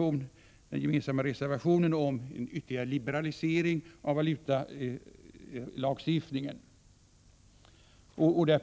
I den gemensamma reservationen om en ytterligare liberalisering av valutalagstiftningen